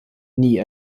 nie